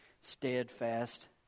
steadfast